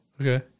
Okay